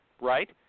right